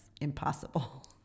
impossible